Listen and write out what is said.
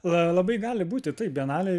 la labai gali būti taip banalėj